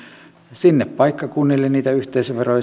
sinne paikkakunnille niitä yhteisöveroja